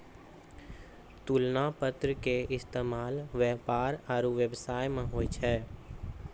तुलना पत्र के इस्तेमाल व्यापार आरु व्यवसाय मे होय छै